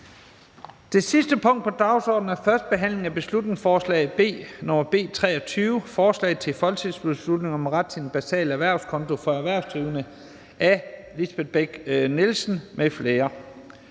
Det sidste punkt på dagsordenen er: 7) 1. behandling af beslutningsforslag nr. B 23: Forslag til folketingsbeslutning om ret til en basal erhvervskonto for erhvervsdrivende. Af Lisbeth Bech-Nielsen (SF) m.fl.